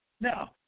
Now